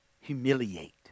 humiliate